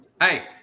Hey